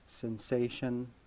sensation